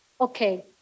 okay